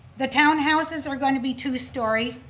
the townhouses are going to be two story,